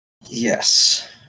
Yes